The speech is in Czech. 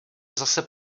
zase